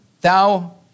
thou